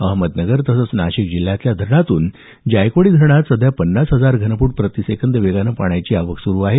अहमदनगर तसंच नाशिक जिल्ह्यातल्या धरणातून जायकवाडी धरणात सध्या पन्नास हजार घनफूट प्रतिसेकंद वेगानं पाण्याची आवक सुरू आहे